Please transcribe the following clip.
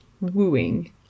wooing